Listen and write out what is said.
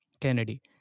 Kennedy